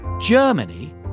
Germany